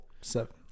seven